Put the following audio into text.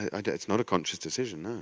and it's not a conscious decision,